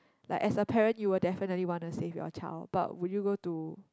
like as a parent you will definitely wanna save your child but would you go to